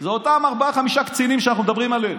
זה אותם ארבעה-חמישה קצינים שאנחנו מדברים עליהם.